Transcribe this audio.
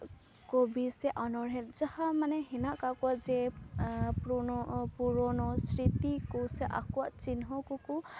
ᱠᱚᱵᱤ ᱥᱮ ᱚᱱᱚᱬᱦᱮ ᱡᱟᱦᱟᱸ ᱢᱟᱱᱮ ᱦᱮᱱᱟᱜ ᱠᱟᱜ ᱠᱚᱣᱟ ᱡᱮ ᱯᱩᱨᱚᱱᱳ ᱯᱩᱨᱳᱱᱳ ᱥᱨᱤᱛᱤ ᱠᱚ ᱥᱮ ᱟᱠᱚᱣᱟᱜ ᱪᱤᱱᱦᱟᱹ ᱠᱚᱠᱚ